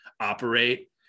operate